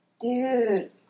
Dude